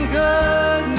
good